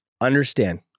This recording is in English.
understand